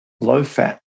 low-fat